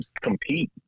compete